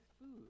food